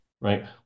right